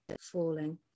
falling